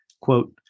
Quote